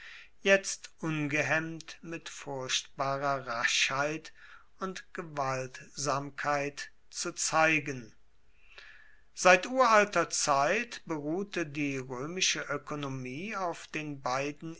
jetzt ungehemmt mit furchtbarer raschheit und gewaltsamkeit zu zeigen seit uralter zeit beruhte die römische ökonomie auf den beiden